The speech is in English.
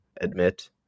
admit